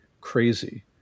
crazy